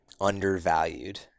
undervalued